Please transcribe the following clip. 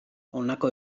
honako